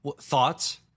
thoughts